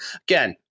Again